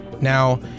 Now